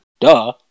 duh